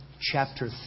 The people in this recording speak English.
chapter